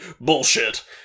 Bullshit